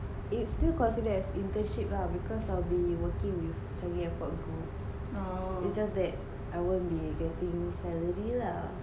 it's still considered as internship lah because I'll be working with changi airport it just that I won't be getting salary lah